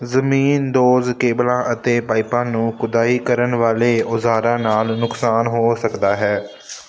ਜ਼ਮੀਨਦੋਜ਼ ਕੇਬਲਾਂ ਅਤੇ ਪਾਈਪਾਂ ਨੂੰ ਖੁਦਾਈ ਕਰਨ ਵਾਲੇ ਔਜ਼ਾਰਾਂ ਨਾਲ ਨੁਕਸਾਨ ਹੋ ਸਕਦਾ ਹੈ